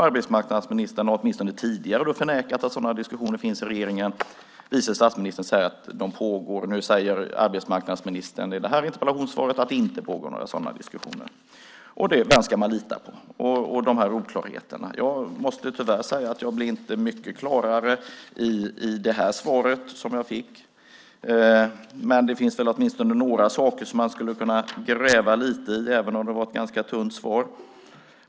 Arbetsmarknadsministern har åtminstone tidigare förnekat att sådana diskussioner förs i regeringen, och nu säger han även i det här interpellationssvaret att det inte pågår några sådana diskussioner. Vem ska man lita på när det gäller dessa oklarheter? Jag måste tyvärr säga att det inte blir mycket klarare i det här svaret, men även om det var ett ganska tunt svar finns det åtminstone några saker man skulle kunna gräva lite i.